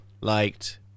liked